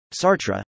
Sartre